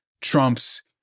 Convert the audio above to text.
trumps